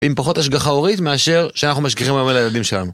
עם פחות השגחה הורית מאשר שאנחנו משגיחים היום על הילדים שלנו.